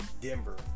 Denver